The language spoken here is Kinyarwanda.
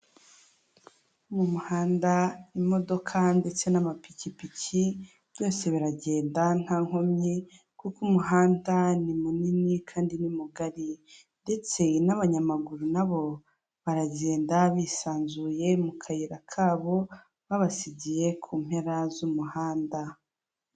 Mu muhanda imodoka ndetse n'amapikipiki byose biragenda nta nkomyi kuko umuhanda ni munini kandi ni mugari, ndetse n'abanyamaguru nabo baragenda bisanzuye mu kayira kabo babasigiye ku mpera z'umuhanda.